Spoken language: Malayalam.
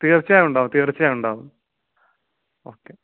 തീർച്ചയായും ഉണ്ടാവും തീർച്ചയായും ഉണ്ടാവും ഓക്കെ